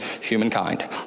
humankind